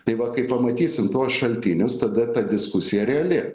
tai va kai pamatysim tuos šaltinius tada ta diskusija reali